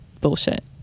bullshit